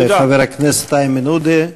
תודה לחבר הכנסת איימן עודה.